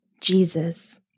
Jesus